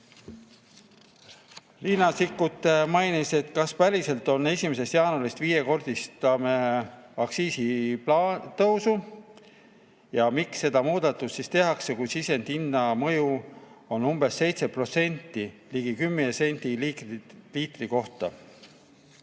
Riina Sikkut [küsis], et kas me päriselt 1. jaanuarist viiekordistame aktsiisitõusu ja miks see muudatus siis tehakse, kui sisendhinna mõju on umbes 7%, ligi 10 senti liitri kohta.